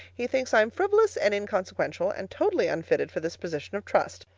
he thinks i'm frivolous and inconsequential, and totally unfitted for this position of trust.